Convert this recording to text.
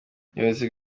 ubuyobozi